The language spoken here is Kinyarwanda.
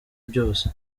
byose